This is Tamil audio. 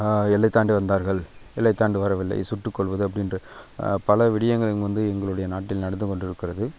எல்லை தாண்டி வந்தார்கள் எல்லை தாண்டி வரவில்லை சுட்டுக் கொல்வது அப்படின்ற பல விஷயங்கள் இங்கே வந்து எங்களுடைய நாட்டில் நடந்து கொண்டிருக்கிறது